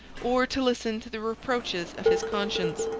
or to listen to the reproaches of his conscience.